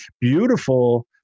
beautiful –